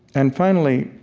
and finally,